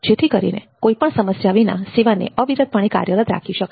જેથી કરીને કોઇપણ સમસ્યા વિના સેવાને અવિરત પણે કાર્યરત રાખી શકાય